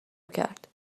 کرد